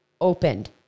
opened